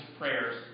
prayers